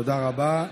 תודה רבה.